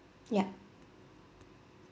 ya